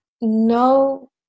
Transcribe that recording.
no